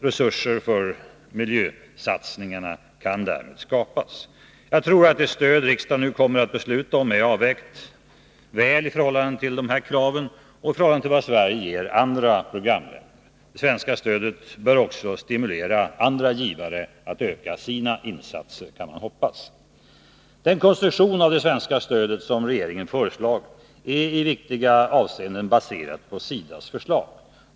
Resurser för miljösatsningarna kan därmed skapas. Jag tror att det stöd riksdagen nu kommer att besluta om är väl avvägt i förhållande till dessa krav och i förhållande till vad Sverige ger andra programländer. Det svenska stödet bör också stimulera andra givare att öka sina insatser, kan man hoppas. Den konstruktion av det svenska stödet som regeringen föreslagit är i viktiga avseenden baserat på SIDA:s förslag.